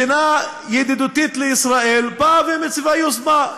מדינה ידידותית לישראל באה ומציבה יוזמה,